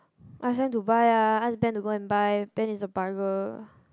ask them to buy ah ask Ben to go and buy Ben is a bugger